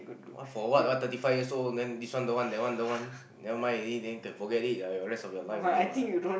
what for what what thirty five years old then this one don't want that one don't want never mind already then forget it lah the rest of your life already what